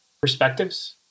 perspectives